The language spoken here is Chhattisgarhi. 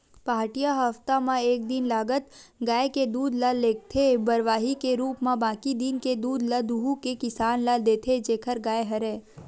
पहाटिया ह हप्ता म एक दिन लगत गाय के दूद ल लेगथे बरवाही के रुप म बाकी दिन के दूद ल दुहू के किसान ल देथे जेखर गाय हरय